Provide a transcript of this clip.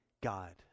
God